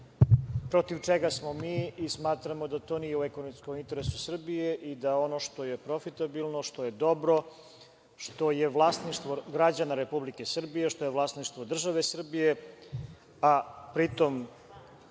protiv čega smo mi i smatramo da to nije u ekonomskom interesu Srbije i da je ono što je profitabilno, što je dobro, što je vlasništvo građana Republike Srbije, što je vlasništvo države Srbije, a pri tom